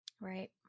Right